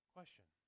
Question